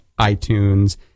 iTunes